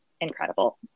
incredible